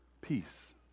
peace